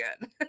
good